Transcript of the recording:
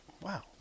Wow